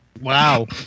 Wow